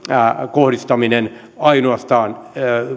kohdistaminen valtaosaltaan ainoastaan